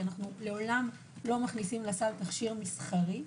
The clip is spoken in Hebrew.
כי אנו לעולם לא מכניסים לסל תכשיר מסחרי.